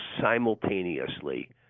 simultaneously